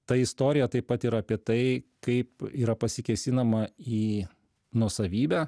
tai istorija taip pat ir apie tai kaip yra pasikėsinama į nuosavybę